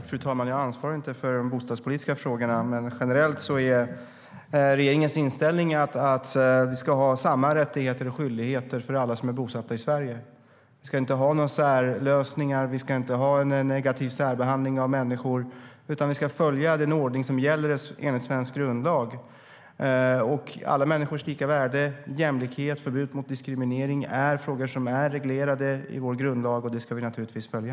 Fru talman! Jag ansvarar inte för de bostadspolitiska frågorna, men generellt är regeringens inställning att vi ska ha samma rättigheter och skyldigheter för alla som är bosatta i Sverige. Vi ska inte ha några särlösningar. Vi ska inte ha en negativ särbehandling av människor. Vi ska följa den ordning som gäller enligt svensk grundlag. Alla människors lika värde, jämlikhet och förbud mot diskriminering är frågor som är reglerade i vår grundlag, och den ska vi naturligtvis följa.